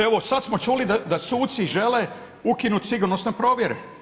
Evo, sad smo čuli da suci žele ukinuti sigurnosne provjere.